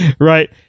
right